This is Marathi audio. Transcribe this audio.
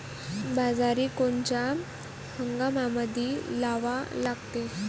बाजरी कोनच्या हंगामामंदी लावा लागते?